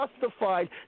justified